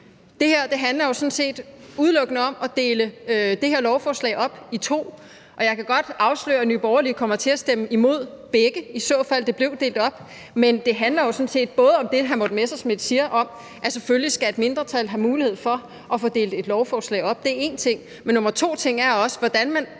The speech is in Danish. jo sådan set udelukkende om at dele det her lovforslag op i to, og jeg kan godt afsløre, at Nye Borgerlige kommer til at stemme imod begge, i så fald det blev delt op. Men det handler jo sådan set også om det, som hr. Morten Messerschmidt siger, om, at et mindretal selvfølgelig skal have mulighed for at få delt et lovforslag op, og det er én ting. Men den anden ting er også, hvordan man